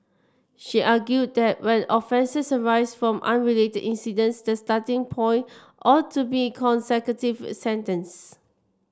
she argued that when offences arise from unrelated incidents the starting point ought to be consecutive sentences